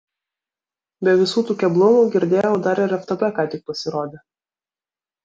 be visų tų keblumų girdėjau dar ir ftb ką tik pasirodė